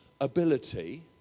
ability